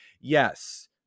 yes